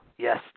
Yes